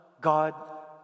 God